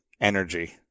energy